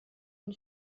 une